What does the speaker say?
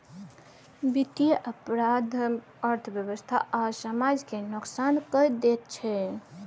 बित्तीय अपराध अर्थव्यवस्था आ समाज केँ नोकसान कए दैत छै